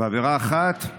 בעבירה אחת,